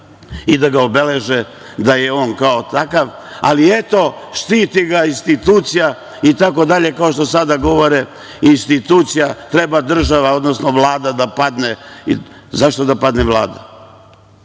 i da ga obeleže da je on kao takav, ali, eto, štiti ga institucija itd, kao što sada govore – institucija, treba država, odnosno Vlada da padne. Zašto da padne Vlada?